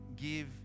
give